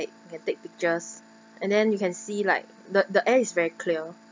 can take pictures and then you can see like the the air is very clear